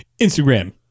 Instagram